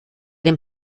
dem